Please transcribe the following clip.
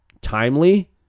timely